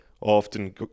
often